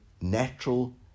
natural